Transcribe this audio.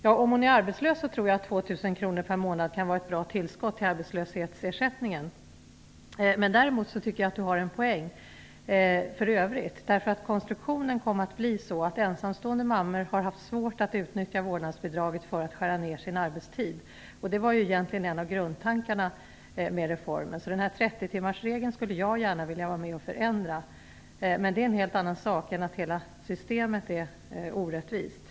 Om mamman är arbetslös tror jag att 2 000 kr per månad kan vara ett bra tillskott till arbetslöshetsersättningen. Däremot tycker jag Ragnhild Pohanka i övrigt har framfört en poäng. Konstruktionen kom att bli så att ensamstående mammor har haft svårt att utnyttja vårdnadsbidraget för att kunna skära ned på arbetstiden. Det var ju egentligen en av grundtankarna med reformen. Jag vill gärna vara med om att förändra 30-timmarsregeln. Men det är en helt annan sak än att hela systemet skulle vara orättvist.